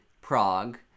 Prague